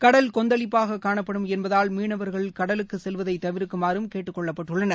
கடல் கொந்தளிப்பாக காணப்படும் என்பதால் மீனவர்கள் கடலுக்கு செல்வதை தவிர்க்குமாறும் கேட்டுக் கொள்ளப்பட்டுள்ளனர்